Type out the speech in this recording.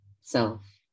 self